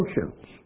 functions